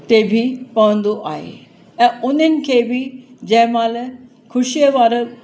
ते बि पवंदो आहे ऐं उन्हनि खे बि जंहिं महिल ख़ुशीअ वार